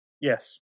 Yes